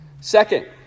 Second